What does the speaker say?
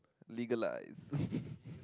legalise